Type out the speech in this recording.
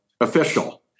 official